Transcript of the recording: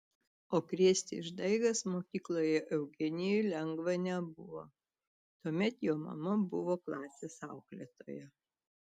o krėsti išdaigas mokykloje eugenijui lengva nebuvo tuomet jo mama buvo klasės auklėtoja